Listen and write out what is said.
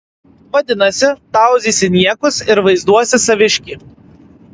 vadinasi tauzysi niekus ir vaizduosi saviškį